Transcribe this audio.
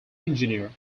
engineer